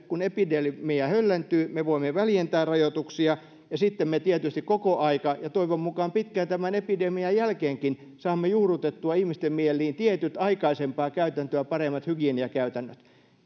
kun epidemia höllentyy me voimme väljentää rajoituksia ja sitten me tietysti koko aika ja toivon mukaan pitkään tämän epidemian jälkeenkin saamme juurrutettua ihmisten mieliin tietyt aikaisempaa käytäntöä paremmat hygieniakäytännöt